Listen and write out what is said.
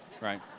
right